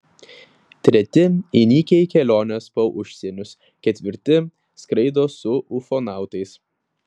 treti įnikę į keliones po užsienius ketvirti skraido su ufonautais